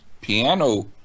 piano